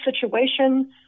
situation